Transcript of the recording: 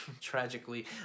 tragically